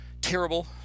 terrible